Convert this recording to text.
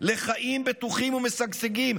לחיים בטוחים ומשגשגים.